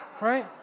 right